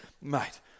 mate